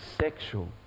sexual